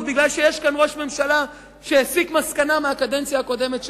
בגלל שיש כאן ראש ממשלה שהסיק מסקנה מהקדנציה הקודמת שלו,